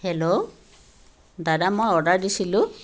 hello দাদা মই order দিছিলোঁ